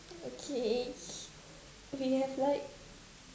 okay we have like